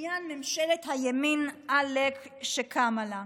לעניין ממשלת הימין-עלק שקמה לה.